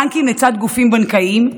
בנקים לצד גופים בנקאיים,